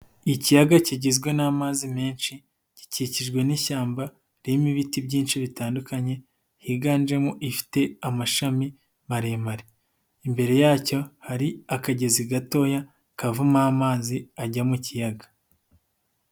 Ikiyaga kigizwe n'amazi menshi gikikijwe n'ishyamba ririmo ibiti byinshi bitandukanye higanjemo ifite amashami maremare, imbere yacyo hari akagezi gatoya kavamo amazi ajya mu kiyaga.